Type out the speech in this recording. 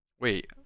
Wait